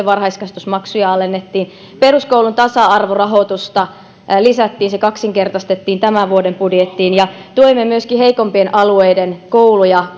varhaiskasvatusmaksuja alennettiin peruskoulun tasa arvorahoitusta lisättiin se kaksinkertaistettiin tämän vuoden budjettiin tuemme myöskin heikompien alueiden kouluja